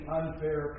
unfair